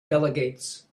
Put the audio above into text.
delegates